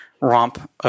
romp